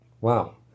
Wow